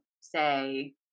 say